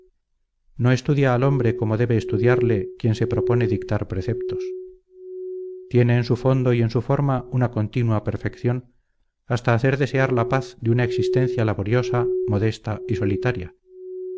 no estudia al hombre como debe estudiarle quien se propone dictar preceptos tiende en su fondo y en su forma a una continua perfección hasta hacer desear la paz de una existencia laboriosa modesta y solitaria